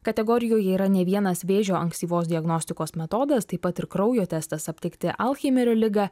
kategorijoj yra ne vienas vėžio ankstyvos diagnostikos metodas taip pat ir kraujo testas aptikti alheimerio ligą